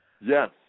Yes